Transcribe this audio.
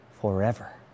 forever